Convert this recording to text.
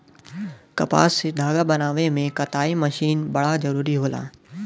कपास से धागा बनावे में कताई मशीन बड़ा जरूरी होला